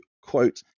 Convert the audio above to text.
quote